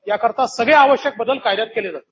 त्याकरता सर्व आवश्यक बदल कायद्यात केले जातील